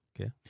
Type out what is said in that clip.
Okay